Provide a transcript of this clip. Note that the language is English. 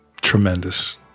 tremendous